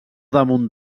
damunt